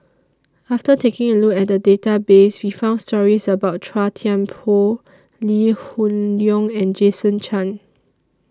after taking A Look At The Database We found stories about Chua Thian Poh Lee Hoon Leong and Jason Chan